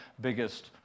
biggest